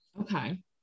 Okay